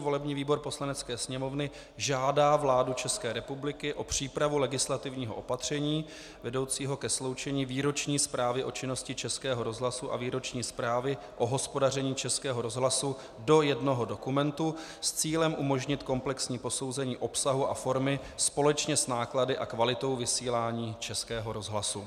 Volební výbor Poslanecké sněmovny žádá vládu České republiky o přípravu legislativního opatření vedoucího ke sloučení výroční zprávy o činnosti Českého rozhlasu a výroční zprávy o hospodaření Českého rozhlasu do jednoho dokumentu s cílem umožnit komplexní posouzení obsahu a formy společně s náklady a kvalitou vysílání Českého rozhlasu.